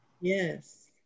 yes